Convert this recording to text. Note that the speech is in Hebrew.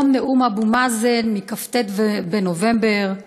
היום, נאום אבו מאזן מכ"ט בנובמבר,